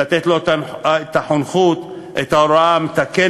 לתת לו את החונכות, את ההוראה המתקנת,